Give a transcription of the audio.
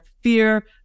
fear